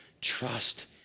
Trust